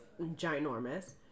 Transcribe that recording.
ginormous